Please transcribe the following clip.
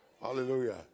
Hallelujah